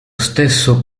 stesso